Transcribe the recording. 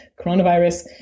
coronavirus